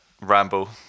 Ramble